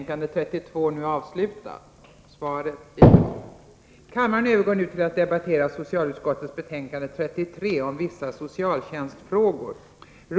Kammaren övergår nu till att debattera skatteutskottets betänkande 43 om förhandsbesked i taxeringsfrågor.